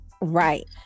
Right